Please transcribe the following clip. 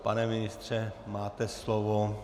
Pane ministře, máte slovo.